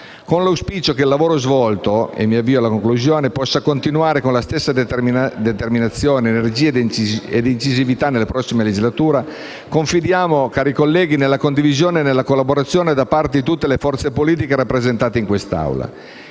Con l'auspicio che il lavoro svolto - e mi avvio alla conclusione - possa continuare con la stessa determinazione, energia e incisività nella prossima legislatura, confidiamo, cari colleghi, nella condivisione e nella collaborazione da parte di tutte le forze politiche rappresentate in quest'Aula.